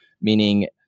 meaning